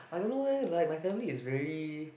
I don't know leh like my family is very